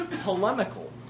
polemical